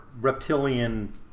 reptilian